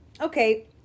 okay